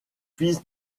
fils